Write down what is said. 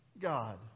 God